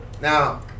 now